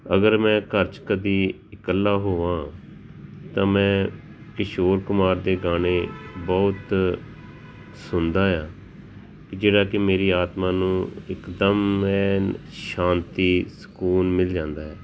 ਅਗਰ ਮੈਂ ਘਰ 'ਚ ਕਦੇ ਇਕੱਲਾ ਹੋਵਾਂ ਤਾਂ ਮੈਂ ਕਿਸ਼ੋਰ ਕੁਮਾਰ ਦੇ ਗਾਣੇ ਬਹੁਤ ਸੁਣਦਾ ਹਾਂ ਕਿ ਜਿਹੜਾ ਕਿ ਮੇਰੀ ਆਤਮਾ ਨੂੰ ਇੱਕਦਮ ਐਨ ਸ਼ਾਂਤੀ ਸਕੂਨ ਮਿਲ ਜਾਂਦਾ ਹੈ